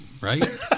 Right